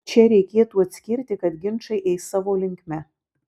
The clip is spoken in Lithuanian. čia reikėtų atskirti kad ginčai eis savo linkme